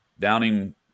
Downing